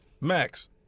Max